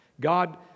God